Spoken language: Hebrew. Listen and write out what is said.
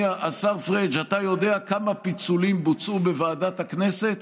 אתה יודע כמה פיצולים של חוק ההסדרים בוצעו בוועדת הכנסת?